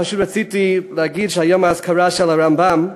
פשוט רציתי להגיד שהיום האזכרה של הרמב"ם,